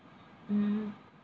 mm